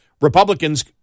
Republicans